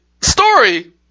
story